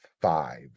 five